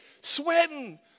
sweating